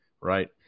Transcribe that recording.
right